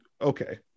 okay